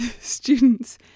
students